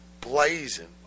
blazing